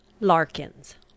Larkins